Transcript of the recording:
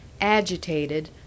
agitated